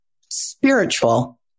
spiritual